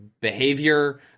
behavior